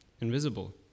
invisible